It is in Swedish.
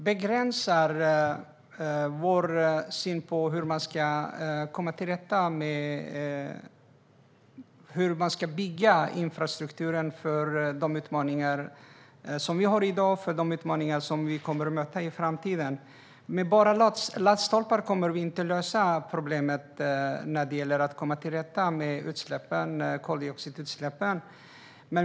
Herr talman! Karin begränsar vår syn på hur man ska bygga infrastrukturen för de utmaningar som vi har i dag och de utmaningar som vi kommer att möta i framtiden. Med bara laddstolpar kommer vi inte att komma till rätta med koldioxidutsläppen.